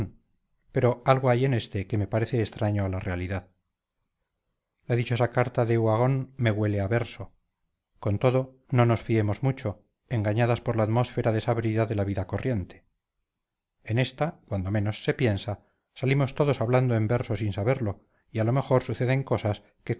pero algo hay en este que me parece extraño a la realidad la dichosa carta de uhagón me huele a verso con todo no nos fiemos mucho engañadas por la atmósfera desabrida de la vida corriente en esta cuando menos se piensa salimos todos hablando en verso sin saberlo y a lo mejor suceden cosas que